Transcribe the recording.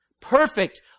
Perfect